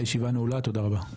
הישיבה נעולה, תודה רבה.